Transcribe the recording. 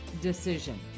decision